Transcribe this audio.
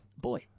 Boy